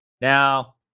Now